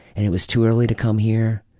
and it was too early to come here,